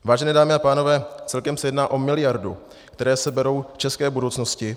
Vážené dámy a pánové, celkem se jedná o miliardu, která se bere české budoucnosti.